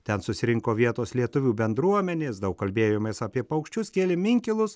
ten susirinko vietos lietuvių bendruomenės daug kalbėjomės apie paukščius kėlėm inkilus